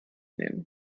nehmen